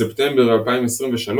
בספטמבר 2023,